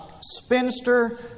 spinster